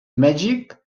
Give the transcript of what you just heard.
mèxic